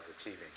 achieving